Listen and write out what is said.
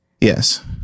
Yes